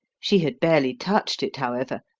she had barely touched it, however,